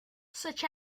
such